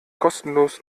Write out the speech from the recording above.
kostenlos